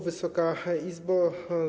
Wysoka Izbo!